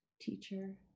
teacher